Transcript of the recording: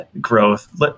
growth